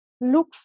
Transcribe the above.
look